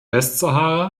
westsahara